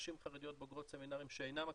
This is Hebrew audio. נשים חרדיות בוגרות סמינרים שאינן אקדמאיות,